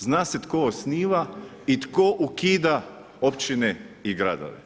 Zna se tko osniva, i tko ukida općine i gradove.